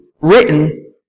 written